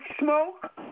smoke